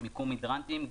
מיקום הידרנטים,